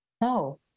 No